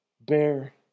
Bear